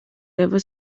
never